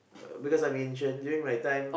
because I'm ancient during my time